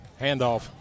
Handoff